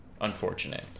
unfortunate